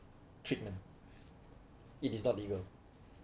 treatment it is not legal